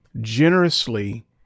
generously